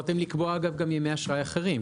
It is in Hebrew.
יכולתם לקבוע גם ימי אשראי אחרים.